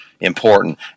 important